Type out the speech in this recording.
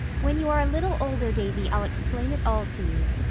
when you are a little older, davy, i'll explain it all to you.